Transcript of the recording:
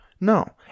No